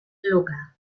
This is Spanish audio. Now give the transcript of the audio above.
lucca